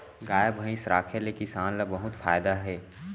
गाय भईंस राखे ले किसान ल बहुत फायदा हे